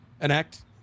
enact